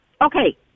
Okay